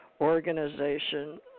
organization